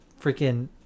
freaking